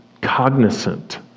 cognizant